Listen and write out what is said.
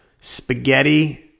Spaghetti